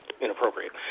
inappropriate